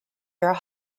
your